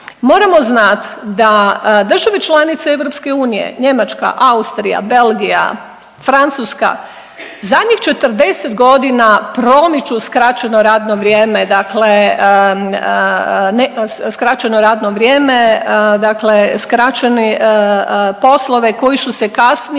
Moramo znati da države članice EU, Njemačka, Austrija, Belgija, Francuska zadnjih 40 godina promiču skraćeno radno vrijeme, dakle ne skraćeno radno vrijeme,